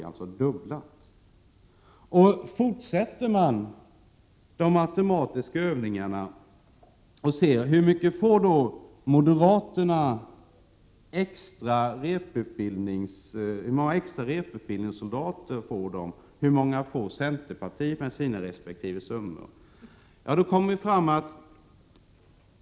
Man kan fortsätta de matematiska övningarna och se efter hur många extra reputbildningssoldater som moderaterna resp. centerpartiet får fram genom sina olika summor.